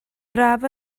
braf